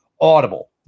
audible